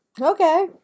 Okay